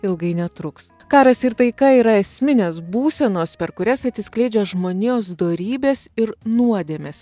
ilgai netruks karas ir taika yra esminės būsenos per kurias atsiskleidžia žmonijos dorybės ir nuodėmės